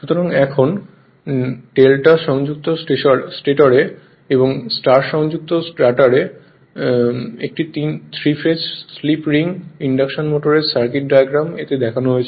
সুতরাং এখন ডেল্টা সংযুক্ত স্টেটর এবং স্টার সংযুক্ত রটার সহ একটি তিন ফেজ স্লিপ রিং ইন্ডাকশন মোটরের সার্কিট ডায়াগ্রাম এতে দেখানো হয়েছে